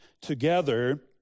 together